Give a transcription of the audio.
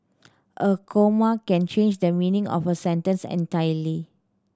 a comma can change the meaning of a sentence entirely